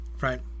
right